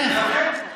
איך?